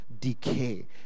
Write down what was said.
decay